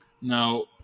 Now